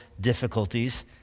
difficulties